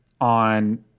on